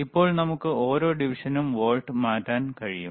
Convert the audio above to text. ഇപ്പോൾ നമുക്ക് ഓരോ ഡിവിഷനും വോൾട്ട് മാറ്റാൻ കഴിയും